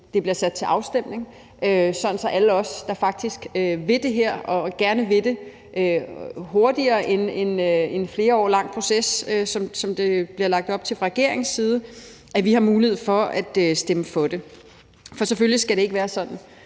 det bliver sat til afstemning, sådan at alle os, der faktisk vil det her og gerne vil det hurtigere end en lang proces på flere år, som der bliver lagt op til fra regeringens side, får mulighed for at stemme for det. For selvfølgelig skal det ikke være sådan,